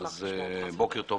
בוקר טוב.